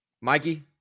Mikey